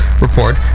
report